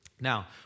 Now